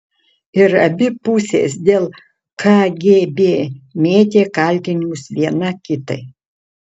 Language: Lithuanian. ir abi pusės dėl kgb mėtė kaltinimus viena kitai